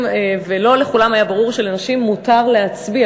ולא לכולם היה ברור שלנשים מותר להצביע,